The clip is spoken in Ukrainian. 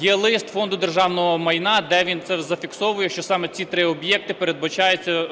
Є лист Фонду державного майна, де він це зафіксовує, що саме ці 3 об'єкти передбачається